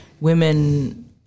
women